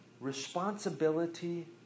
responsibility